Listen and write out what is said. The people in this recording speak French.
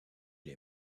les